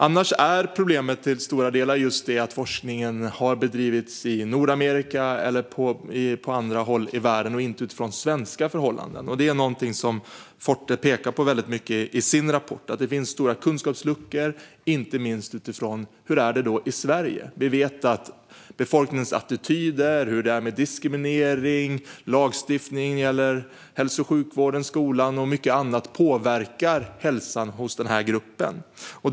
Annars är problemet till stor del att forskningen har bedrivits i Nordamerika eller på andra håll i världen och inte utgått från svenska förhållanden. Detta är något som Forte pekar på i sin rapport. Det finns stora kunskapsluckor, inte minst när det gäller hur det är i Sverige. Vi vet att befolkningsattityder, diskriminering, lagstiftning gällande hälso och sjukvård och skola och mycket annat påverkar hälsan hos denna grupp.